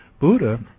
Buddha